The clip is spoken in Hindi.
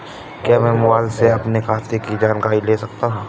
क्या मैं मोबाइल से अपने खाते की जानकारी ले सकता हूँ?